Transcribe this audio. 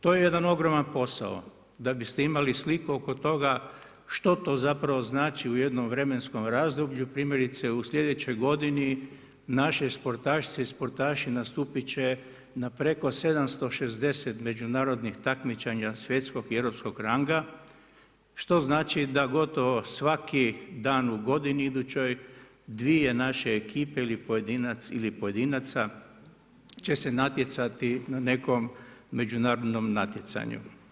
To je jedan ogroman posao da bi ste imali sliku oko toga što to zapravo znači u jednom vremenskom razdoblju, primjerice u slijedećoj godini, naše sportašice i sportaši nastupit će na preko 760 međunarodnih takmičenja svjetskog i europskog ranga što znači da gotovo svaki dan u godini idućoj, dvije naše ekipe, ili pojedinac ili pojedinaca će se natjecati na nekom međunarodnom natjecanju.